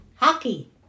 Hockey